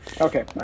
Okay